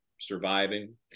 surviving